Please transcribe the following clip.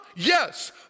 Yes